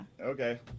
Okay